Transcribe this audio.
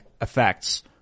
effects